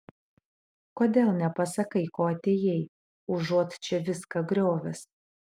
kodėl nepasakai ko atėjai užuot čia viską griovęs